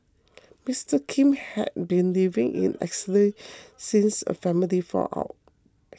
Mister Kim had been living in exile since a family fallout